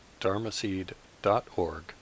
dharmaseed.org